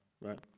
right